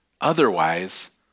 Otherwise